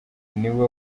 niwe